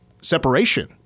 separation